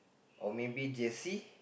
or maybe jersey